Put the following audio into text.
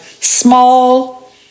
small